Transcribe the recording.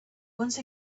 once